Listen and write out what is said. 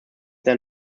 der